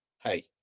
Hey